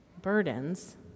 burdens